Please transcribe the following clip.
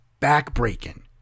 backbreaking